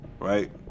Right